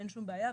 אין שום בעיה.